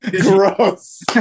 gross